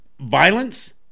violence